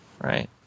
right